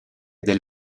del